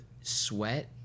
sweat